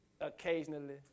Occasionally